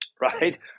Right